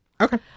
Okay